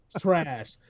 trash